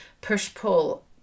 push-pull